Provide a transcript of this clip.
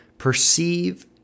perceive